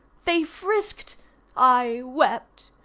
they frisked i wept.